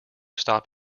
stop